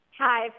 Hi